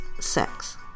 sex